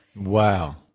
Wow